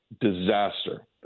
Disaster